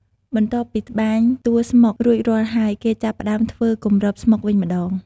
បន្ទាប់ពីត្បាញតួស្មុគរួចរាល់ហើយ គេចាប់ផ្តើមធ្វើ គម្របស្មុគវិញម្តង។